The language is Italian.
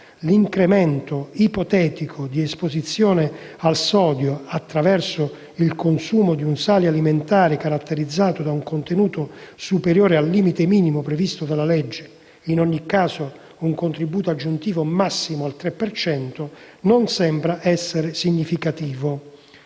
l'incremento ipotetico di esposizione al sodio attraverso il consumo di un sale alimentare caratterizzato da un contenuto superiore al limite minimo previsto dalla legge (in ogni caso un contributo aggiuntivo massimo pari al 3 per cento) non sembra essere significativo.